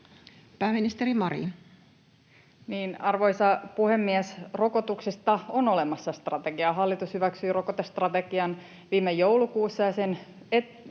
Pääministeri Marin. Arvoisa puhemies! Niin, rokotuksista on olemassa strategia. Hallitus hyväksyi rokotestrategian viime joulukuussa,